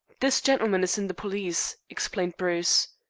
this gentleman is in the police, explained bruce.